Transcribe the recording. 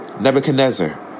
Nebuchadnezzar